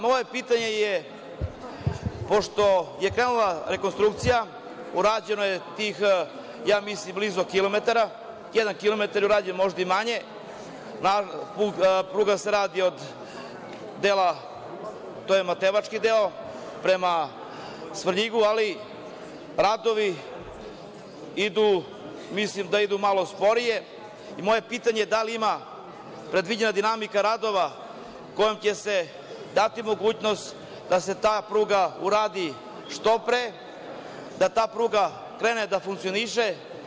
Moje pitanje je, pošto je krenula rekonstrukcija, urađeno je tih, ja mislim blizu kilometar, jedan kilometar je urađen, možda i manje, pruga se radi od Matevačkog dela prema Svrljigu, ali radovi idu malo sporije, moje pitanje je da li je predviđena dinamika radova kojom će se dati mogućnost da se ta pruga uradi što pre, da ta pruga krene da funkcioniše?